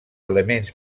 elements